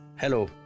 Hello